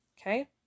Okay